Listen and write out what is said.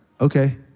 Okay